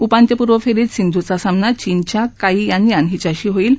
उपांत्यपूर्व फेरीत सिंधूचा सामना चीनच्या काई यानयान हिच्याशी होईल